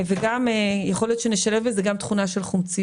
בנוסף, יכול להיות שנשלב בזה גם תכונה של חומציות.